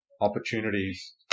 opportunities